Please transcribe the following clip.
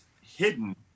hidden